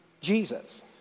Jesus